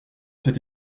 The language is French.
cet